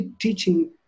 Teaching